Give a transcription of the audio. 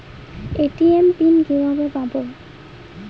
ATM pin কিভাবে পাবো?